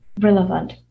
relevant